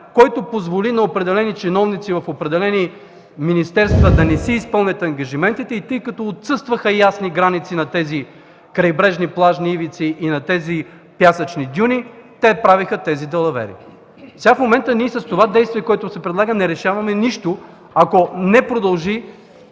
който позволи на определени чиновници в определени министерства да не си изпълнят ангажиментите и тъй като отсъстваха ясни граници на тези крайбрежни плажни ивици и пясъчни дюни, те правеха тези далавери. Сега, в момента, с това действие, което се предлага, не решаваме нищо, ако не продължи